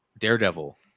Daredevil